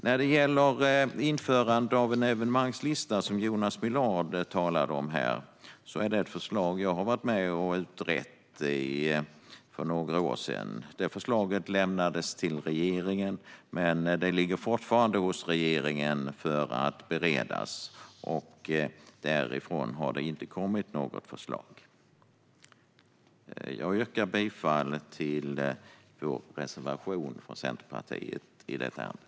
När det gäller införandet av en evenemangslista, som Jonas Millard talade om, är detta ett förslag som jag har varit med om att utreda för några år sedan. Förslaget lämnades till regeringen, men det ligger fortfarande hos regeringen för att beredas. Därifrån har det inte kommit något förslag. Jag yrkar bifall till Centerpartiets reservation i detta ärende.